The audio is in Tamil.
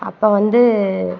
அப்போ வந்து